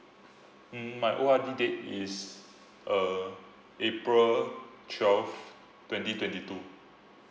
mm my O_R_D date is uh april twelve twenty twenty two